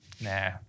nah